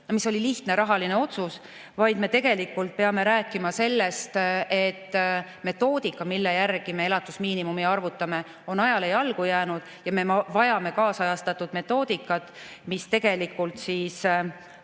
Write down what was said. mis oli lihtne rahaline otsus, vaid me peame rääkima sellest, et metoodika, mille järgi me elatusmiinimumi arvutame, on ajale jalgu jäänud ja me vajame kaasajastatud metoodikat, mis kindlasti